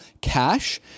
cash